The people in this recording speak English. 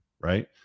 Right